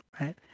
right